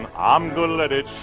um going to let it